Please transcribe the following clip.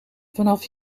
vanaf